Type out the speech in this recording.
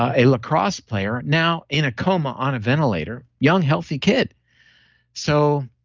a lacrosse player, now in a coma on a ventilator. young, healthy kid so